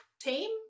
team